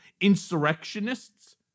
insurrectionists